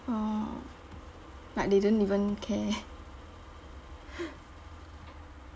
orh like they don't even care